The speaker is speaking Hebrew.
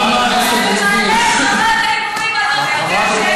זה מעלה את רמת ההימורים הלא-חוקיים.